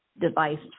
device